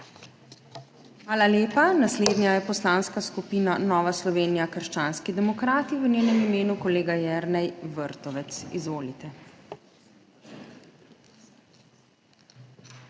Hvala lepa. Naslednja je Poslanska skupina Nova Slovenija – krščanski demokrati, v njenem imenu kolega Jernej Vrtovec. Izvolite.